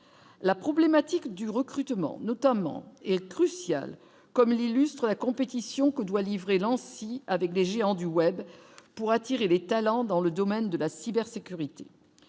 la problématique du recrutement notamment est crucial, comme l'illustre la compétition que doit livrer Lancy avec des géants du web pour attirer les talents dans le domaine de la cybersécurité